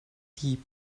die